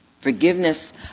Forgiveness